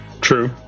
True